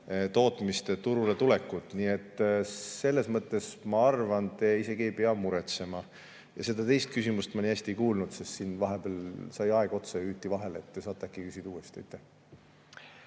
tootmiste turuletulekut. Nii et selles mõttes, ma arvan, te isegi ei pea muretsema. Ja seda teist küsimust ma nii hästi ei kuulnud, sest siin vahepeal sai aeg otsa ja hüüti vahele, te saate äkki küsida uuesti.